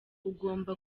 ugomba